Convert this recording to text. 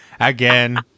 Again